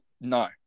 no